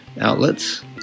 outlets